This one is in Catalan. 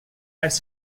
els